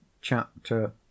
Chapter